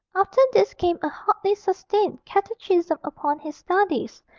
after this came a hotly-sustained catechism upon his studies,